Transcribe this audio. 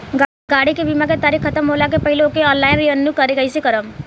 गाड़ी के बीमा के तारीक ख़तम होला के पहिले ओके ऑनलाइन रिन्यू कईसे करेम?